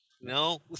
No